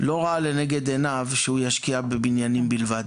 לא ראה לנגד עיניו שהוא ישקיע בבניינים בלבד.